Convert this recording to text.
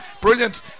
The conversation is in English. Brilliant